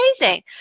amazing